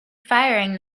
firing